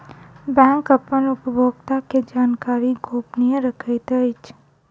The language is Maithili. बैंक अपन उपभोगता के जानकारी गोपनीय रखैत अछि